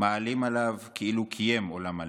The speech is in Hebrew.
מישראל מעלה עליו הכתוב כאילו קיים עולם מלא".